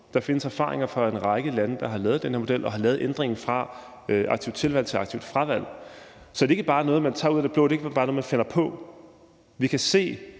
der findes erfaringer fra en række lande, der har lavet den her model og har lavet ændringen fra aktivt tilvalg til aktivt fravalg. Så det er ikke bare noget, man tager ud af det blå; det er ikke bare noget, man finder på. Vi kan se,